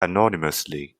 anonymously